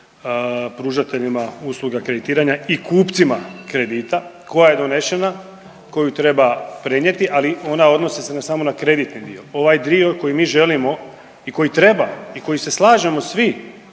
pružateljima usluga kreditiranja i kupcima kredita koja je donešena, koju treba prenijeti, ali ona odnosi se ne samo na kreditni dio, ovaj dio koji mi želimo i koji treba i koji se slažemo svi